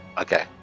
Okay